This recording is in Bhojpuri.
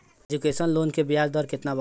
एजुकेशन लोन के ब्याज दर केतना बा?